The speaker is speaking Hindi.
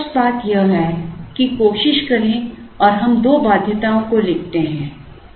अब एक स्पष्ट बात यह है कि कोशिश करें और हम दो बाध्यताओं को लिखते हैं